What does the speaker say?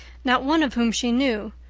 not one of whom she knew,